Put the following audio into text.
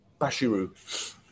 Bashiru